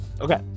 Okay